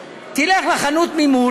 תלך לחנות ממול,